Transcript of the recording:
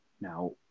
Now